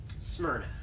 smyrna